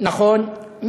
נכון.